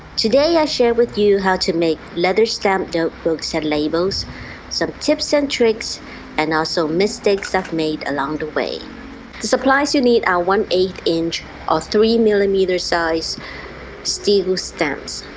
today i share with you how to make leather stamped notebooks and labels some tips and tricks and also mistakes i've made along the way the supplies you need are one eighth inch or three millimeter size steel stamps,